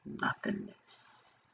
nothingness